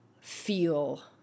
feel